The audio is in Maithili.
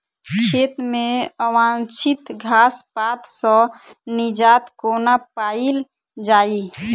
खेत मे अवांछित घास पात सऽ निजात कोना पाइल जाइ?